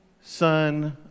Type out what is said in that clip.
Son